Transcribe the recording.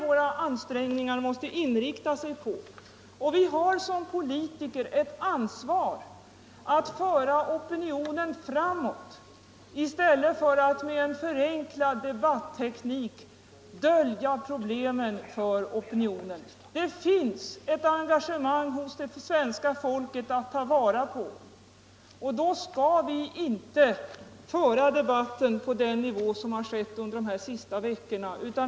Vi har som politiker ett ansvar att föra opinionen framåt i stället för att med en förenklad debatteknik dölja problemen för opinionen. Det finns ett engagemang hos svenska folket att ta vara på, och då skall 105 vi inte föra debatten på den nivå som den har förts de senaste veckorna.